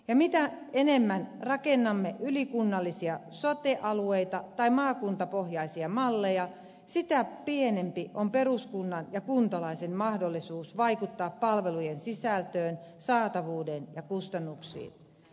ja mitä enemmän rakennamme ylikunnallisia sote alueita tai maakuntapohjaisia malleja sitä pienempi on peruskunnan ja kuntalaisen mahdollisuus vaikuttaa palvelujen sisältöön saatavuuteen ja kustannuksiin